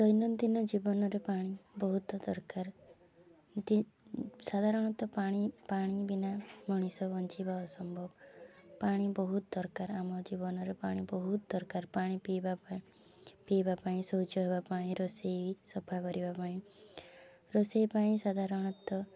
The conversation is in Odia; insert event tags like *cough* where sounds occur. ଦୈନନ୍ଦିନ ଜୀବନରେ ପାଣି ବହୁତ ଦରକାର *unintelligible* ସାଧାରଣତଃ ପାଣି ପାଣି ବିନା ମଣିଷ ବଞ୍ଚିବା ଅସମ୍ଭବ ପାଣି ବହୁତ ଦରକାର ଆମ ଜୀବନରେ ପାଣି ବହୁତ ଦରକାର ପାଣି ପିଇବା ପାଇଁ ପିଇବା ପାଇଁ ଶୌଚ ହେବା ପାଇଁ ରୋଷେଇ ସଫା କରିବା ପାଇଁ ରୋଷେଇ ପାଇଁ ସାଧାରଣତଃ